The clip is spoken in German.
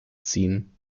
ziehen